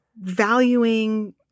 valuing